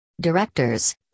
Directors